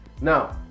Now